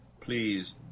please